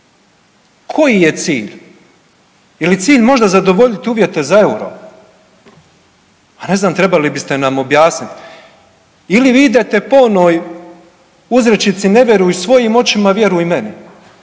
Koji je cilj? Je li cilj možda zadovoljiti uvjete za euro? Ja ne znam, trebali biste nam objasniti. Ili vi idete po onoj uzrečici „ne vjeruj svojim očima, vjeruj meni“,